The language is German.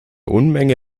unmenge